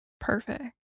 Perfect